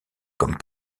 comme